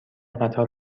قطار